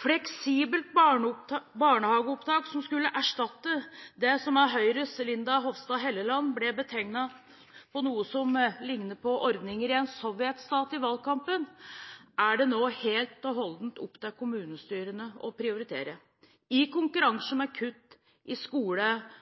Fleksibelt barnehageopptak, som skulle erstatte det som av Høyres Linda C. Hofstad Helleland ble betegnet som noe som lignet på ordninger i en sovjetstat i valgkampen, er det nå helt og holdent opp til kommunestyrene å prioritere – i konkurranse med kutt i skole